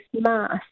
mask